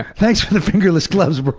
thanks for the fingerless gloves, bro.